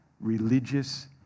religious